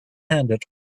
handed